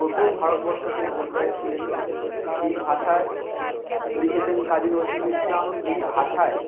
প্রথম ভারতবর্ষকে Nobel prize দিয়েছে যেই ভাষায় লিখেছেন কাজী নজরুল ইসলাম যেই ভাষায়